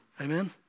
Amen